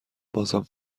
بازم